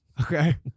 Okay